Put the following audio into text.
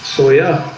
so yeah,